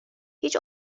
هیچ